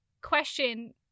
question